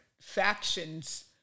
factions